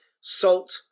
salt